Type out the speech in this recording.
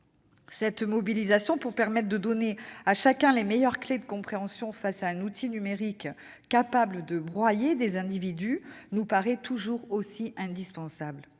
Cette mobilisation pour donner à chacun les meilleures clés de compréhension d'un outil numérique capable de broyer des individus nous paraît toujours aussi indispensable.